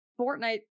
Fortnite